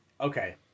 okay